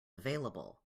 available